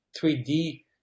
3D